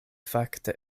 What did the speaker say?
fakte